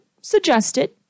suggested